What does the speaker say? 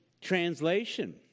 translation